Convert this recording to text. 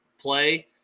play